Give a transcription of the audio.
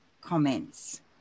comments